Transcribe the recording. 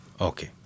okay